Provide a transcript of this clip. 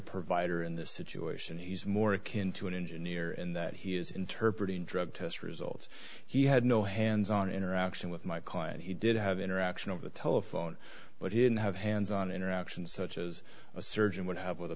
provider in this situation he's more akin to an engineer and that he has interpreted drug test results he had no hands on interaction with my client he did have interaction over the telephone but he didn't have hands on interaction such as a surgeon would have with a